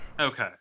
okay